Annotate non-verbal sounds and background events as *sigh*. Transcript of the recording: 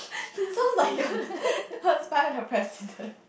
*laughs* sounds like you want to go spy on the president